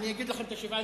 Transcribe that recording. אני אגיד לכם מי השבעה,